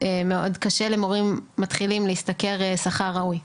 מאוד קשה למורים מתחילים להשתכר שכר ראוי.